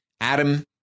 Adam